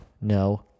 No